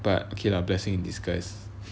but okay lah blessing in disguise